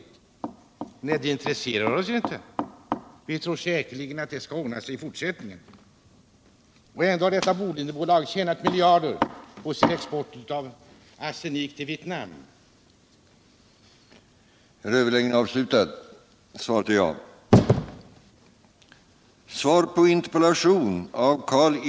Jo, man svarade att det intresserar oss inte — det skall säkerligen ordna sig i fortsättningen. Och ändå har Bolidenbolaget tjänat miljoner på sin export av arsenik till USA:s krig i Vietnam.